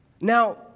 Now